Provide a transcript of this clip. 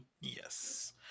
Yes